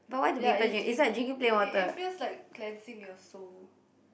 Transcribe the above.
ya it's really it it it feels like cleansing your soul